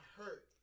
hurt